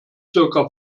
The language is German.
circa